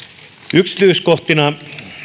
yksityiskohtana